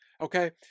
Okay